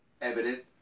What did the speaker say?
evident